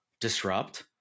disrupt